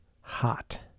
hot